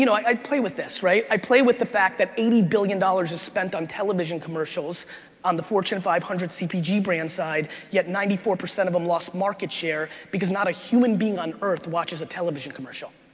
you know i play with this, right? i play with the fact that eighty billion dollars is spent on television commercials on the fortune five hundred cpg brand side, yet ninety four percent of them lost market share because not a human being on earth watches a television commercial.